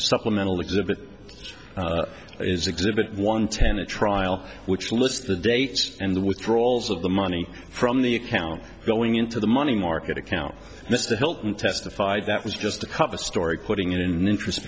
supplemental exhibit this is exhibit one ten a trial which lists the dates and the withdrawals of the money from the account going into the money market account mr hilton testified that was just a cover story putting it in interest